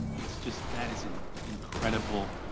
it's just that is an incredible,